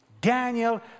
Daniel